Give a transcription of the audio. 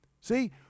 See